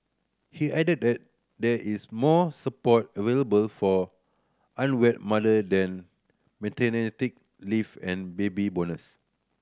he added that there is more support available for unwed mother than maternity leave and baby bonuse